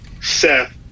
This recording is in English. seth